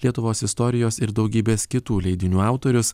lietuvos istorijos ir daugybės kitų leidinių autorius